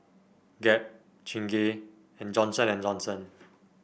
Gap Chingay and Johnson And Johnson